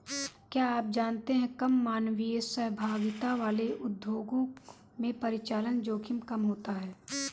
क्या आप जानते है कम मानवीय सहभागिता वाले उद्योगों में परिचालन जोखिम कम होता है?